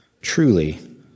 truly